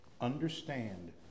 Understand